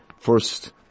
first